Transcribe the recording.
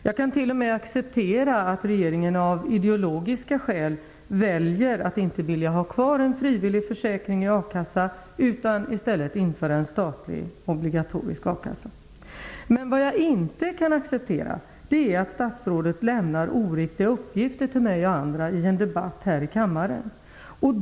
Jag kan t.o.m. acceptera att regeringen av ideologiska skäl väljer att inte vilja ha kvar en frivillig försäkring i a-kassa utan att man i stället vill införa en statlig obligatorisk försäkring. Men vad jag inte kan acceptera är att statsrådet lämnar oriktiga uppgifter till mig och andra i en debatt här i kammaren.